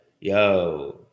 yo